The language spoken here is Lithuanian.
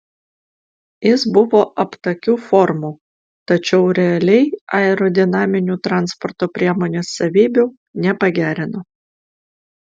jis buvo aptakių formų tačiau realiai aerodinaminių transporto priemonės savybių nepagerino